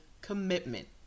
commitment